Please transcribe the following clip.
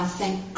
thank